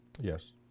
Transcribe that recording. Yes